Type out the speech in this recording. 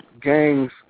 gangs